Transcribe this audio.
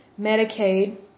Medicaid